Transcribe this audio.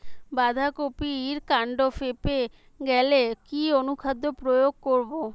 বাঁধা কপির কান্ড ফেঁপে গেলে কি অনুখাদ্য প্রয়োগ করব?